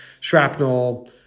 shrapnel